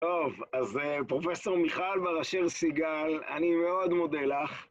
טוב, אז פרופ' מיכל בר אשר סיגל, אני מאוד מודה לך.